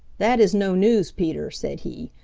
that is no news, peter, said he.